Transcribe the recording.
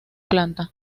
planta